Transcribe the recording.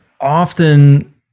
often